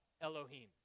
Elohim